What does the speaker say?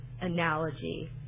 analogy